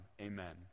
Amen